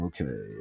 Okay